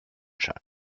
shot